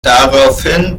daraufhin